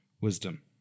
wisdom